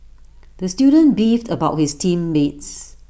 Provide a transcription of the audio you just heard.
the student beefed about his team mates